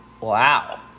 wow